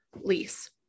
lease